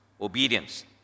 obedience